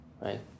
right